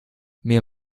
mir